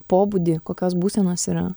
pobūdį kokios būsenos yra